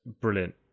brilliant